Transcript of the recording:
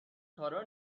کارا